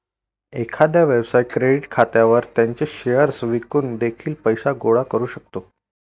एखादा व्यवसाय क्रेडिट खात्यावर त्याचे शेअर्स विकून देखील पैसे गोळा करू शकतो